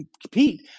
compete